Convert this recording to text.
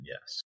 yes